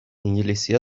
انگلیسی